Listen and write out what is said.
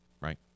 right